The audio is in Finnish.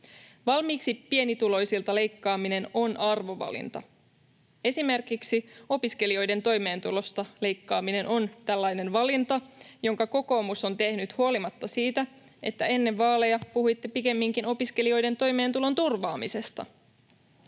Valmiiksi pienituloisilta leikkaaminen on arvovalinta. Esimerkiksi opiskelijoiden toimeentulosta leikkaaminen on tällainen valinta, jonka kokoomus on tehnyt huolimatta siitä, että ennen vaaleja puhuitte pikemminkin opiskelijoiden toimeentulon turvaamisesta.